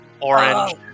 Orange